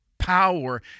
power